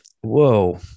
whoa